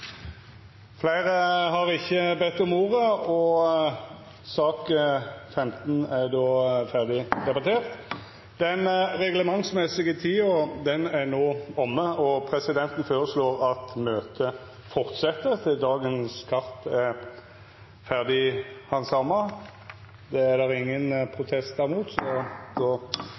Fleire har ikkje bedt om ordet til sak nr. 15. Den reglementsmessige tida er omme. Presidenten føreslår at møtet held fram til sakene på dagens kart er ferdighandsama. – Det er